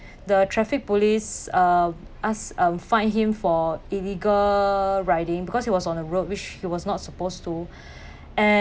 the traffic police uh ask um fine him for illegal riding because it was on the road which he was not supposed to and